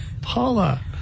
Paula